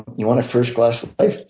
you want a first class life,